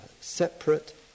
separate